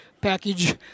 package